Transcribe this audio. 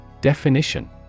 Definition